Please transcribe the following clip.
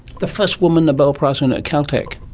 the first woman nobel prizewinner at caltech.